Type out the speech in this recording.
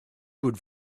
good